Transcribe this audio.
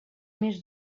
més